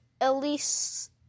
Elise